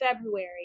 february